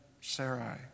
Sarai